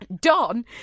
Don